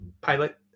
pilot